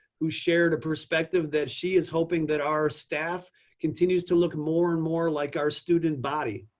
who shared a perspective that she is hoping that our staff continues to look more and more like our student body.